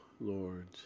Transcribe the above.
Lord